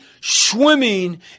swimming